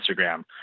Instagram